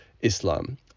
Islam